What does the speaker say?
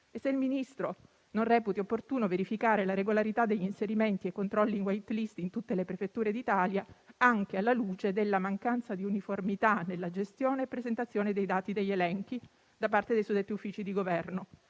e se il Ministro non reputi opportuno verificare la regolarità degli inserimenti e controlli in *white list* in tutte le prefetture d'Italia, anche alla luce della mancanza di uniformità della gestione e presentazione dei dati degli elenchi da parte dei suddetti uffici di Governo,